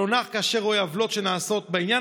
שלא נח כאשר הוא רואה עוולות שנעשות בעניין